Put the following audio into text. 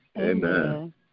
amen